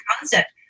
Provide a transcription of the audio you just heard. concept